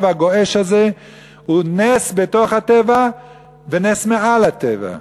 והגועש הזה הוא נס בתוך הטבע ונס מעל הטבע.